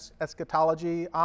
eschatology